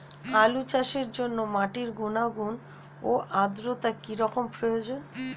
আলু চাষের জন্য মাটির গুণাগুণ ও আদ্রতা কী রকম প্রয়োজন?